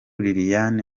liliane